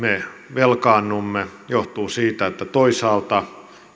velkaannumme se johtuu siitä että toisaalta